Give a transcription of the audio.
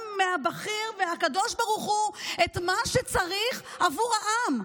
מהבכיר והקדוש ברוך הוא את מה שצריך עבור העם,